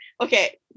okay